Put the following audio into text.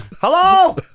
Hello